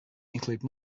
include